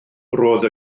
roedd